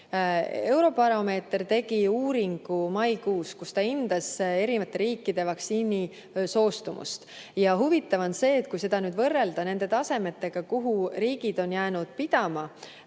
Eurobaromeeter tegi maikuus uuringu, kus ta hindas erinevate riikide vaktsiinisoostumust, ja huvitav on see, et kui seda võrrelda nende tasemetega, kuhu riigid on jäänud pidama,